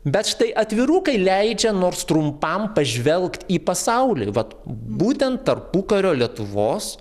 bet štai atvirukai leidžia nors trumpam pažvelgt į pasaulį vat būtent tarpukario lietuvos